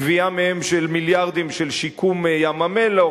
גבייה של מיליארדים מהם לשיקום ים-המלח,